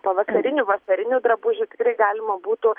pavasarinių vasarinių drabužių tikrai galima būtų